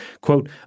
quote